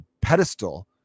pedestal